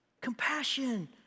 compassion